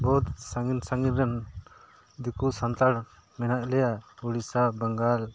ᱵᱚᱦᱩᱛ ᱥᱟᱺᱜᱤᱧ ᱥᱟᱺᱜᱤᱧ ᱨᱮᱱ ᱫᱤᱠᱩ ᱥᱟᱱᱛᱟᱲ ᱢᱮᱱᱟᱜ ᱞᱮᱭᱟ ᱩᱲᱤᱥᱥᱟ ᱵᱮᱝᱜᱚᱞ